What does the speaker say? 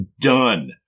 Done